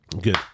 Good